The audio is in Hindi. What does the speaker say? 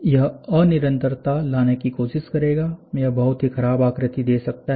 यह अनिरंतरता लाने की कोशिश करेगा यह बहुत ही खराब आकृति दे सकता है